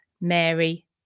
Mary